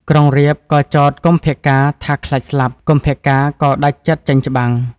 ក្រុងរាពណ៍ក៏ចោទ កុម្ពកាណ៍ថាខ្លាចស្លាប់ កុម្ពកាណ៍ក៏ដាច់ចិត្តចេញច្បាំង។